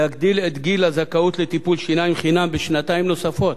להעלות את גיל הזכאות לטיפולי שיניים חינם בשנתיים נוספות.